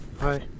Hi